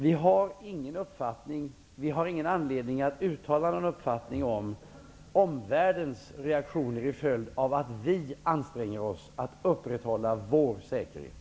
Vi har ingen anledning att uttala någon uppfattning om omvärldens reaktioner till följd av att vi anstränger oss att upprätthålla vår säkerhet.